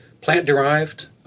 plant-derived